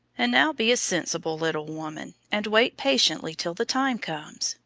and now be a sensible little woman, and wait patiently till the time comes.